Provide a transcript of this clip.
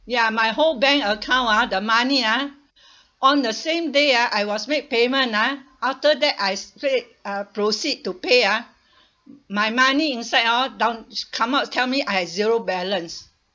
ya my whole bank account ah the money ah on the same day ah I was make payment ah after that I straight uh proceed to pay ah my money inside hor down~ come out tell me I have zero balance